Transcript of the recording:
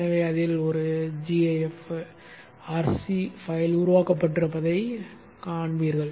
எனவே அதில் ஒரு gaf rc கோப்பு உருவாக்கப்பட்டிருப்பதைக் காண்பீர்கள்